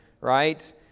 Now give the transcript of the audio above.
right